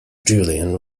julien